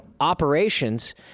operations